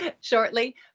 shortly